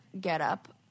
getup